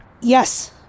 Yes